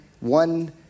one